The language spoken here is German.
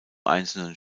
einzelnen